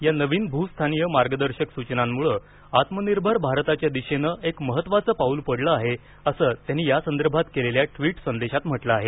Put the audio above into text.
या नवीन भूस्थानीय मार्गदर्शक सूचनांमुळं आत्मनिर्भर भारताच्या दिशेनं एक महत्त्वाचं पाऊल पडलं आहे असं त्यांनी यासंदर्भात केलेल्या ट्विट संदेशात म्हटलं आहे